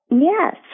Yes